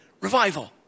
revival